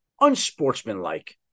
unsportsmanlike